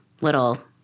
little